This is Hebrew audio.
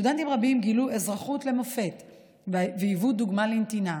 סטודנטים רבים גילו אזרחות למופת והיוו דוגמה לנתינה.